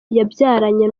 yabyaranye